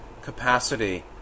capacity